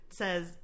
says